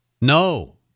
No